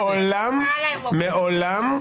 מעולם,